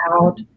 out